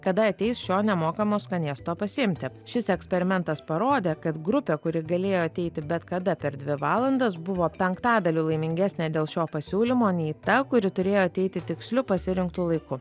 kada ateis šio nemokamo skanėsto pasiimti šis eksperimentas parodė kad grupė kuri galėjo ateiti bet kada per dvi valandas buvo penktadaliu laimingesnė dėl šio pasiūlymo nei ta kuri turėjo ateiti tiksliu pasirinktu laiku